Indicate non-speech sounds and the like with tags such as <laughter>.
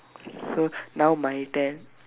<noise> now my turn